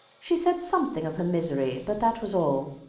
she said something of her misery, but that was all.